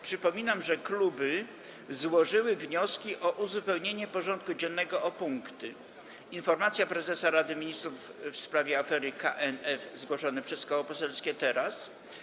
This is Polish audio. Przypominam, że kluby złożyły wnioski o uzupełnienie porządku dziennego o punkty: - Informacja prezesa Rady Ministrów w sprawie afery KNF, zgłoszony przez Koło Poselskie Teraz!